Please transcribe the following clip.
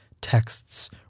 texts